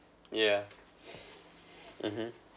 yeah mmhmm